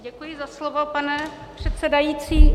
Děkuji za slovo, pane předsedající.